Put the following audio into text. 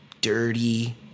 dirty